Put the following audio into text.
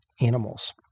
animals